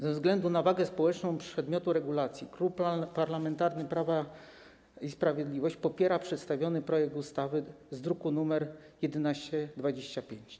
Ze względu na wagę społeczną przedmiotu regulacji Klub Parlamentarny Prawo i Sprawiedliwość popiera przedstawiony projekt ustawy z druku nr 1125.